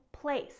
place